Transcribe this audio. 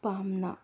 ꯄꯥꯝꯅ